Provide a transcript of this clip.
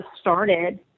started